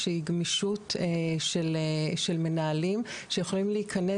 שהיא גמישות של מנהלים שיכולים להיכנס.